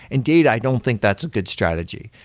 in data, i don't think that's a good strategy.